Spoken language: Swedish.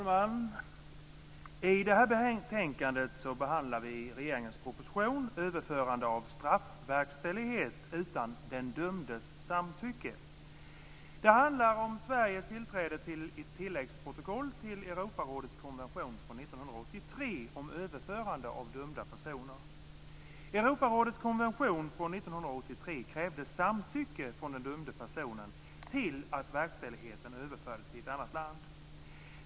Fru talman! I detta betänkande behandlas regeringens proposition Överförande av straffverkställighet utan den dömdes samtycke. Det handlar om Sveriges tillträde till ett tilläggsprotokoll till Europarådets konvention från 1983 om överförande av dömda personer. Europarådets konvention från 1983 krävde samtycke från den dömda personen till att verkställigheten överfördes till ett annat land.